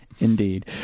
Indeed